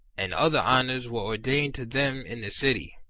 and other honours were ordained to them in the city.